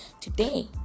Today